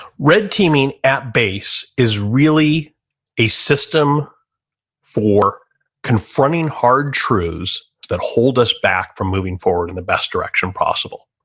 red teaming at base is really a system for confronting hard truths that hold us back from moving forward in the best direction possible.